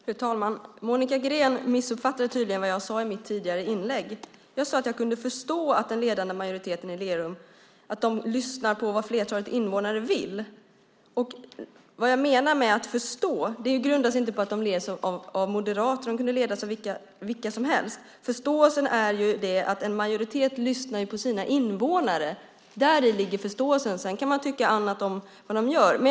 Fru talman! Monica Green missuppfattade tydligen vad jag sade i mitt inlägg. Jag sade att jag kunde förstå att den ledande majoriteten i Lerum lyssnar på vad flertalet invånare vill. Det har inget att göra med att det är moderater som leder - det kunde vara vilka som helst. En majoritet lyssnar på kommunens invånare. Däri ligger förståelsen. Sedan kan man tycka annat om vad de styrande gör.